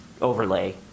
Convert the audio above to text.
overlay